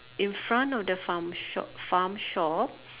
in front of the farm shop farm shop